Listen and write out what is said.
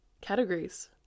categories